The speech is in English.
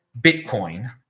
Bitcoin